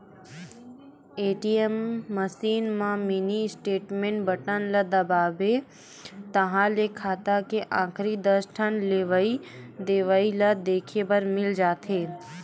ATM machine म mini statement button ल दबाबे ताहाँले खाता के आखरी दस ठन लेवइ देवइ ल देखे बर मिल जाथे